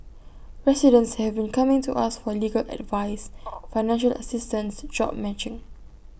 residents have been coming to us for legal advice financial assistance job matching